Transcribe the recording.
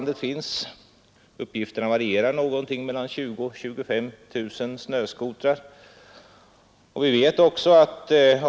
Det finns nu i landet 20 000—25 000 snöskotrar — uppgifterna varierar något.